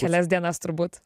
kelias dienas turbūt